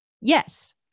Yes